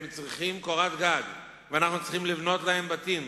הם צריכים קורת-גג, ואנחנו צריכים לבנות להם בתים.